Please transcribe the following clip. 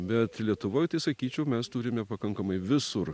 bet lietuvoj tai sakyčiau mes turime pakankamai visur